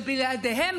שבלעדיהם,